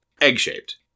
Egg-shaped